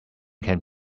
can